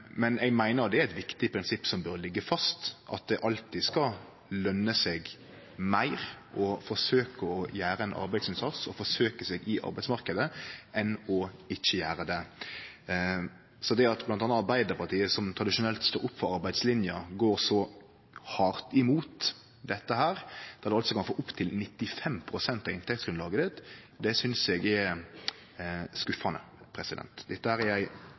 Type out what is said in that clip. Men eg meiner det er eit viktig prinsipp som bør liggje fast, at det alltid skal løne seg meir å forsøkje å gjere ein arbeidsinnsats, forsøkje seg på arbeidsmarknaden, enn ikkje å gjere det. Det at Arbeidarpartiet som tradisjonelt står opp for arbeidslinja, går så hardt imot dette, der ein kan få opp til 95 pst. av inntektsgrunnlaget sitt, synest eg er skuffande. Dette er ei